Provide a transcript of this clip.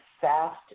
fast